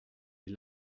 est